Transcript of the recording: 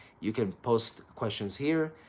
you can post questions here.